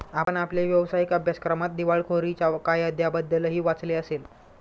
आपण आपल्या व्यावसायिक अभ्यासक्रमात दिवाळखोरीच्या कायद्याबद्दलही वाचले असेल